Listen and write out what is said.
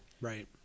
Right